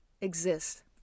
exist